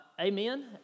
Amen